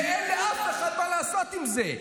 ואין לאף אחד מה לעשות עם זה?